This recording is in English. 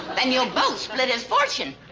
then you'll both split his fortune.